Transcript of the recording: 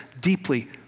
deeply